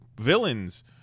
villains